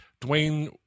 Dwayne